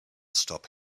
stop